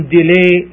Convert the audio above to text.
delay